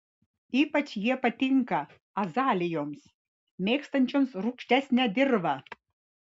ypač jie patinka azalijoms mėgstančioms rūgštesnę dirvą